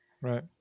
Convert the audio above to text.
Right